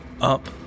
up